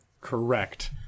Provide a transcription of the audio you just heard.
correct